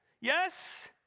Yes